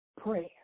prayer